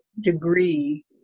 degree